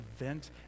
event